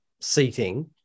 seating